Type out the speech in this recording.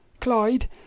Clyde